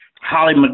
Holly